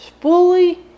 Fully